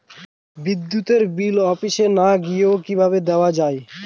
বিদ্যুতের বিল অফিসে না গিয়েও কিভাবে দেওয়া য়ায়?